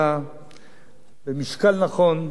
במשקל נכון, בעוצמות נכונות,